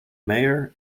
mayor